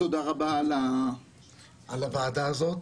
תודה רבה על הוועדה הזאת,